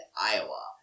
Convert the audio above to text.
Iowa